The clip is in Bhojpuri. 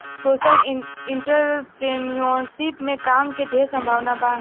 सोशल एंटरप्रेन्योरशिप में काम के ढेर संभावना बा